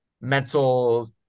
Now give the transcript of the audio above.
mental